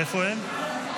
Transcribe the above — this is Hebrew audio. איפה הם?